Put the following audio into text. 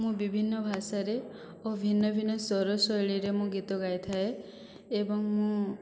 ମୁଁ ବିଭିନ୍ନ ଭାଷାରେ ଓ ଭିନ୍ନ ଭିନ୍ନ ସ୍ଵର ଶୈଳୀରେ ମୁଁ ଗୀତ ଗାଇଥାଏ ଏବଂ ମୁଁ